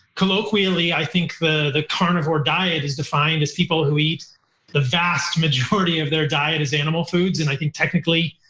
colloquially, i think the carnivore diet is defined as people who eat the vast majority of their diet as animal foods, and i think technically,